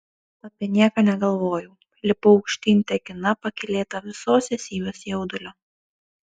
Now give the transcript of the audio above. apie nieką negalvojau lipau aukštyn tekina pakylėta visos esybės jaudulio